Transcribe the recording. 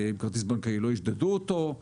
עם כרטיס בנקאי לא ישדדו אותו.